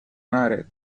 mare